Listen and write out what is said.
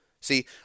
See